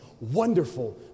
wonderful